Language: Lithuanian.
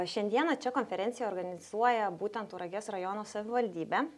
šiandieną čia konferenciją organizuoja būtent tauragės rajono savivaldybė